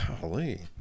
Golly